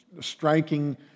striking